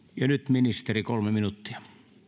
ja nyt ministeri kolme minuuttia